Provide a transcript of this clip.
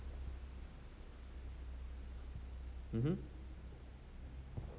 mmhmm